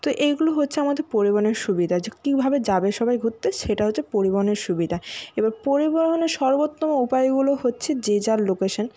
তো এইগুলো হচ্ছে আমাদের পরিবহনের সুবিধা যে কীভাবে যাবে সবাই ঘুরতে সেটা হচ্ছে পরিবহনের সুবিধা এবার পরিবহনের সর্বত্তম উপায়গুলো হচ্ছে যে যার লোকেশান